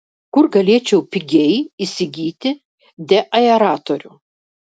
kur galėčiau pigiai įsigyti deaeratorių